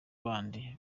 bandi